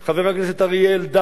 חבר הכנסת מיכאל בן-ארי,